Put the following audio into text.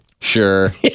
Sure